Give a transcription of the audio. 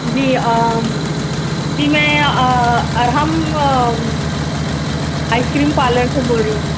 جی جی میں Arham ice cream parlour سے بول رہی ہوں